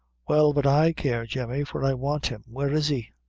well, but i care, jemmy, for i want him. where is he?